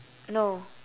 no